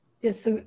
Yes